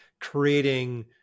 creating